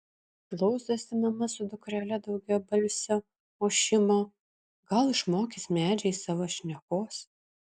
klausosi mama su dukrele daugiabalsio ošimo gal išmokys medžiai savo šnekos